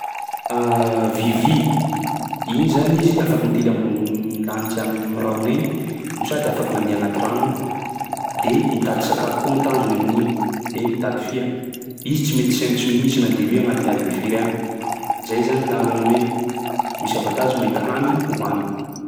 Vivy, igny zany izy afaky mitily ambony lanitsa, am'rahona egny no sady afaky mandeha agnaty rano de mitady sakafo ho ny tanjony amin'igny, e mitady fia. Izy tsy mety sempotsy mihitsy na dia hoe agnatin'ny adiny firy agny. Zay zany tandrony misy avantage mahita hany hohany.